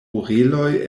oreloj